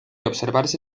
observarse